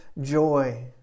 joy